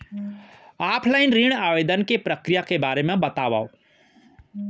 Offline ऋण आवेदन के प्रक्रिया के बारे म बतावव?